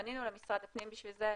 פנינו למשרד הפנים בשביל זה,